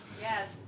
Yes